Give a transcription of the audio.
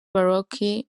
baroque